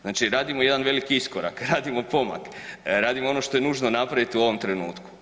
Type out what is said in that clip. Značimo radimo jedan veliki iskorak, radimo pomak, radimo ono što je nužno napraviti u ovom trenutku.